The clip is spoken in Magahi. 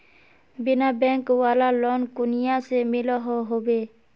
बिना बैंक वाला लोन कुनियाँ से मिलोहो होबे?